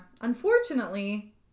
Unfortunately